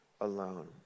alone